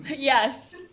yes,